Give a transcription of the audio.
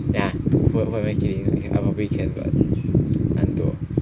ah who who am I kidding I probably can but 懒惰